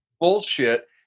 bullshit